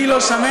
אני לא שמן,